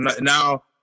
now